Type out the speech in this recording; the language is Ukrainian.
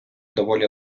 доволі